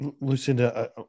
Lucinda